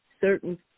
certain